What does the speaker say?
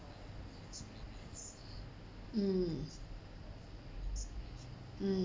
mm mm